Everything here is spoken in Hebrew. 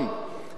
בשפעמר.